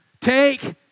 Take